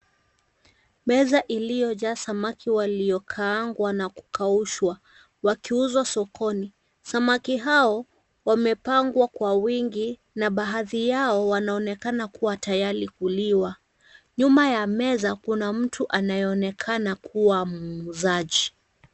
Meza iliyojaa samaki waliokaangwa na kukaushwa wakiuzwa sokoni. Samaki hao wamepangwa kwa wingi na baadhi yao wanaonekana kuwa tayari kuliwa. Nyuma ya meza kuna mtu anayeonekana kuwa muuzaji.